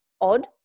odd